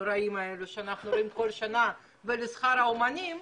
הנוראים האלו שאנחנו רואים כל שנה ולשכר האומנים,